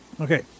Okay